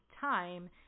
time